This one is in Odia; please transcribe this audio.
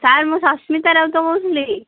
ସାର୍ ମୁଁ ସସ୍ମିତା ରାଉତ କହୁଥିଲି